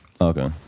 Okay